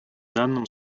данном